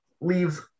leaves